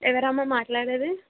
ఎవరమ్మా మాట్లాడేది